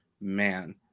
man